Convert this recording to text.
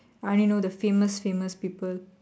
I only know the famous famous people